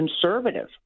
conservative